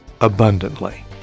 abundantly